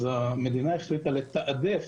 המדינה החליטה לתעדף